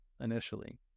initially